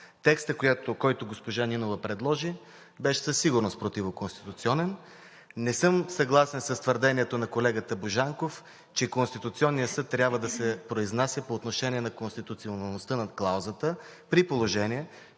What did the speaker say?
Текстът, който госпожа Нинова предложи, беше със сигурност противоконституционен. Не съм съгласен с твърдението на колегата Божанков, че Конституционният съд трябва да се произнася по отношение на конституционността на клаузата, при положение